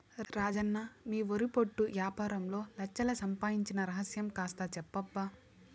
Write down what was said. రాజన్న మీ వరి పొట్టు యాపారంలో లచ్ఛలు సంపాయించిన రహస్యం కాస్త చెప్పబ్బా